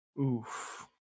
oof